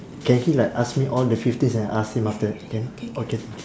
can he like ask me all the fifteen and I ask him after that can okay